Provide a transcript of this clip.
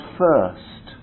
first